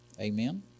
Amen